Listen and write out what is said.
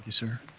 sir.